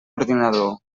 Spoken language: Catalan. ordinador